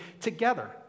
together